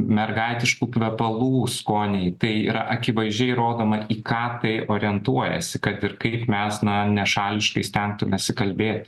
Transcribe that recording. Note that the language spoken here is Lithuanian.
mergaitiškų kvepalų skoniai tai yra akivaizdžiai rodoma į ką tai orientuojasi kad ir kaip mes na nešališkai stengtumės įkalbėti